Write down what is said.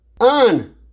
On